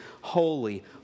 holy